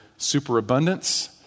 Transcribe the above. Superabundance